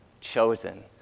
chosen